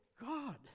God